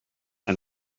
and